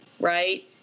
right